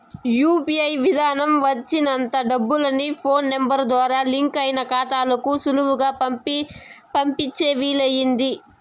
UPI విదానం వచ్చినంత డబ్బుల్ని ఫోన్ నెంబరు ద్వారా లింకయిన కాతాలకు సులువుగా పంపించే వీలయింది